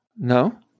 No